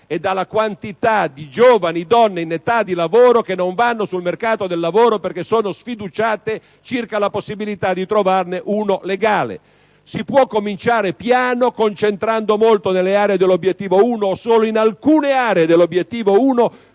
e dalla quantità di giovani donne in età di lavoro che non vanno sul mercato del lavoro perché sono sfiduciate circa la possibilità di trovarne uno legale. Si può cominciare piano, concentrandosi molto sulle aree dell'Obiettivo 1 o solo su alcune aree dell'Obiettivo 1,